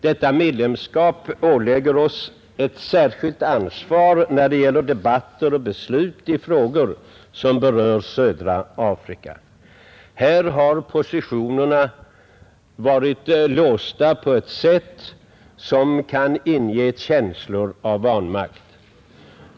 Detta medlemskap ålägger oss ett särskilt ansvar, när det gäller debatter och beslut i frågor som berör södra Afrika. Här är positionerna låsta på ett sätt som kan inge känslor av vanmakt.